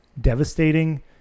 devastating